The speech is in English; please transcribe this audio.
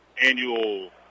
annual